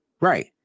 Right